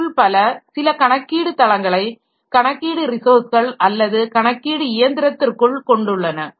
அவற்றுள் பல சில கணக்கீடு தளங்களை கணக்கீடு ரிசோர்ஸ்கள் அல்லது கணக்கீடு இயந்திரத்திற்க்குள் காெண்டுள்ளன